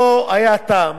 לא היה טעם